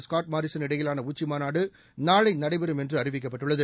Scott Morrison இடையிலான உச்சி மாநாடு நாளை நடைபெறும் என்று அறிவிக்கப்பட்டுள்ளது